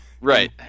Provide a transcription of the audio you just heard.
right